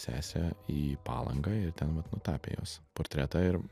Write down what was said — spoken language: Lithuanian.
sesę į palangą ir ten vat nutapė jos portretą ir